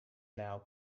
now